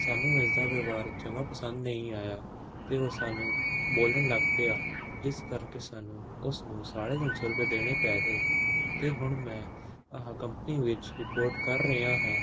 ਸਾਨੂੰ ਇਸਦਾ ਵਿਵਹਾਰ ਜਮ੍ਹਾਂ ਪਸੰਦ ਨਹੀਂ ਆਇਆ ਅਤੇ ਉਹ ਸਾਨੂੰ ਬੋਲਣ ਲੱਗ ਪਿਆ ਜਿਸ ਕਰਕੇ ਸਾਨੂੰ ਉਸ ਨੂੰ ਸਾਢੇ ਤਿੰਨ ਸੌ ਰੁਪਏ ਦੇਣੇ ਪੈ ਗਏ ਅਤੇ ਹੁਣ ਮੈਂ ਆਹ ਕੰਪਨੀ ਵਿੱਚ ਰਿਪੋਰਟ ਕਰ ਰਿਹਾ ਹਾਂ